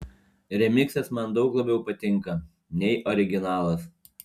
remiksas man daug labiau patinka nei originalas